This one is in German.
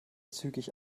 zügig